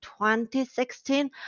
2016